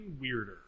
weirder